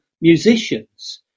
musicians